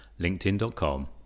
linkedin.com